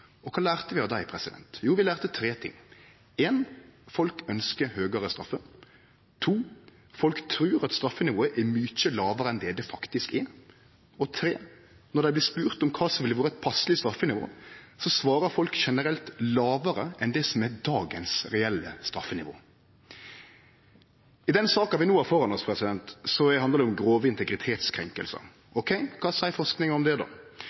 straff. Kva lærte vi av det? Jo, vi lærte tre ting: Folk ønskjer høgare straffer. Folk trur at straffenivået er mykje lågare enn det det faktisk er. Når dei blir spurde om kva som ville vore eit passeleg straffenivå, svarer folk generelt lågare enn det som er dagens reelle straffenivå. I den saka vi no har føre oss, handlar det om grove integritetskrenkingar. Ok, kva seier forskinga om det då?